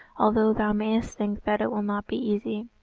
although thou mayest think that it will not be easy.